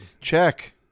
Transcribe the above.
check